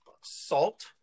salt